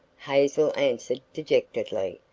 hazel answered dejectedly.